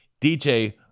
DJ